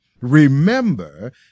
Remember